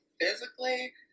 physically